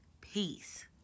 peace